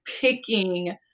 picking